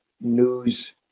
news